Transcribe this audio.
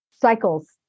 cycles